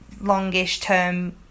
longish-term